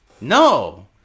No